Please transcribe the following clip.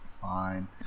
fine